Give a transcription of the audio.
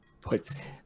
puts